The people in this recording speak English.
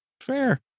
fair